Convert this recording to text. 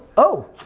oh,